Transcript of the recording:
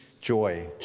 joy